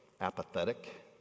apathetic